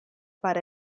para